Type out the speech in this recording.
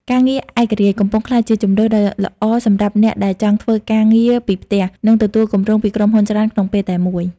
ការងារឯករាជ្យ កំពុងក្លាយជាជម្រើសដ៏ល្អសម្រាប់អ្នកដែលចង់ធ្វើការងារពីផ្ទះ និងទទួលគម្រោងពីក្រុមហ៊ុនច្រើនក្នុងពេលតែមួយ។